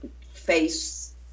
Face